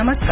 नमस्कार